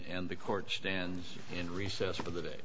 and the court stand in recess for the day